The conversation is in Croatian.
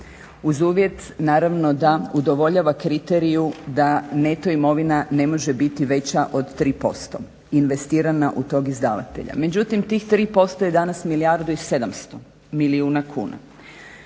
uz uvjet naravno da udovoljava kriteriju da neto imovina ne može biti veća od 3% investirana od togi izdavatelja. Međutim, tih 3% je danas milijardu i 700 milijuna kuna.